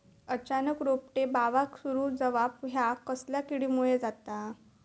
अचानक रोपटे बावाक सुरू जवाप हया कसल्या किडीमुळे जाता?